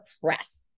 press